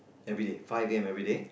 everyday five A_M everyday